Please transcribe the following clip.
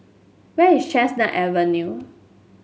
where is Chestnut Avenue